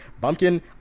Bumpkin